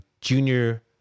junior